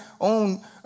own